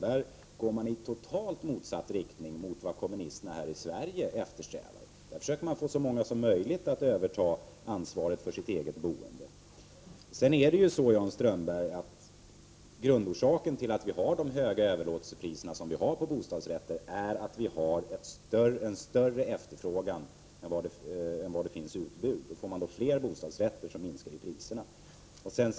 Där går man i totalt motsatt riktning mot den som kommunisterna här i Sverige eftersträvar. Där försöker man få så många som möjligt att överta ansvaret för sitt eget boende. Jan Strömdahl! Grundorsaken till att vi har de höga överlåtelsepriser som vi har på bostadsrätter är ju att vi har en större efterfrågan än utbud. Får vi fler bostadsrätter sjunker också priserna.